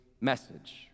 message